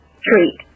treat